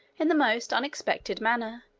in the most unexpected manner,